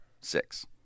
six